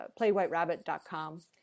playwhiterabbit.com